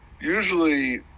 usually